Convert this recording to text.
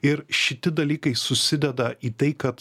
ir šiti dalykai susideda į tai kad